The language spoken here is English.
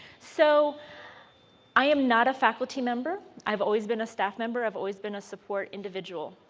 so i am not a faculty member, i've always been a staff member, i've always been a support individual.